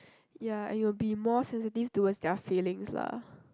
ya and you will be more sensitive towards their feelings lah